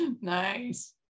Nice